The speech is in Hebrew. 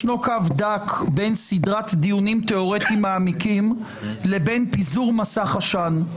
ישנו קו דק בין סדרת דיונים תיאורטיים מעמיקים לבין פיזור מסך עשן.